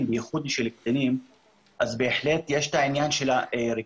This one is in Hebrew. אז בהחלט יש את העניין של הרגישות,